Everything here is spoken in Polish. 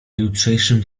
jutrzejszym